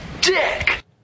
dick